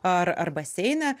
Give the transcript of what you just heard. ar ar baseine